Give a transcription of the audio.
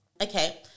okay